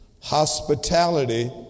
hospitality